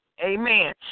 Amen